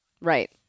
Right